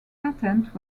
patent